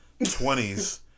20s